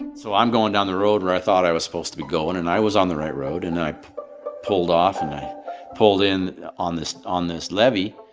so i'm going down the road where i thought i was supposed to but going, and i was on the right road. and then i pulled off and i pulled in on this on this levee,